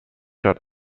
dort